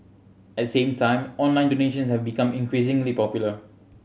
at the same time online donations have become increasingly popular